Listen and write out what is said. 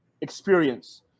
experience